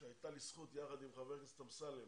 הייתה לי זכות, יחד עם חבר הכנסת אמסלם,